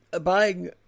buying